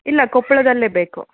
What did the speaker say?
ಇಲ್ಲ ಕೊಪ್ಪಳದಲ್ಲೇ ಬೇಕು